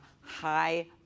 high